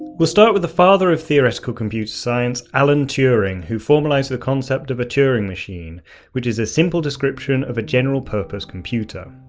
we'll start with the father of theoretical computer science alan turing, who formalised the concept of a turing machine which is a simple description of a general purpose computer.